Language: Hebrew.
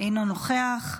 אינו נוכח,